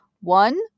One